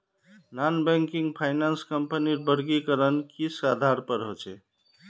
Non banking finance कंपनीर वर्गीकरण किस आधार पर होचे?